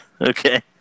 Okay